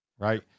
Right